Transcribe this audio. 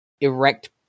erect